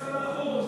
משרד החוץ.